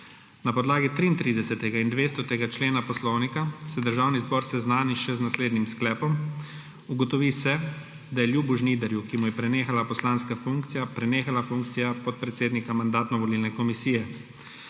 Na podlagi 33. in 200. člena Poslovnika Državnega zbora se Državni zbor seznani še z naslednjim sklepom: Ugotovi se, da je Ljubu Žnidarju, ki mu je prenehala poslanska funkcija, prenehala funkcija podpredsednika Mandatno-volilne komisije.